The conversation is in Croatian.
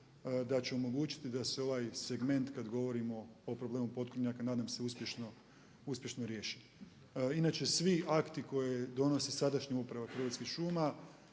da će omogućiti da se ovaj segment kada govorimo o problemu potkornjaka, nadam se uspješno riješiti. Inače svi akti koje donosi sadašnja uprava Hrvatskih šuma